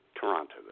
Toronto